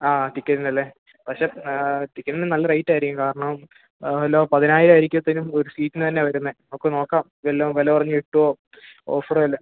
ആ ടിക്കറ്റിന് അല്ലേ പക്ഷെ ടിക്കറ്റിന് നല്ല റേയ്റ്റ് ആയിരിക്കും കാരണം വല്ലതും പതിനായിരം ആയിരിക്കത്തിനും ഒരു സീറ്റിന് തന്നെ വരുന്നത് നമുക്ക് നോക്കാം വല്ലതും വില കുറഞ്ഞ് കിട്ടുമോ ഓഫറ് വല്ലതും